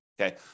okay